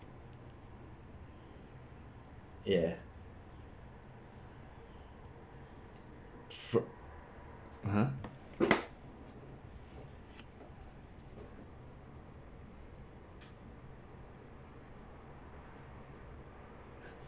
ya fro~ (uh huh)